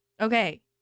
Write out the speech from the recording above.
Okay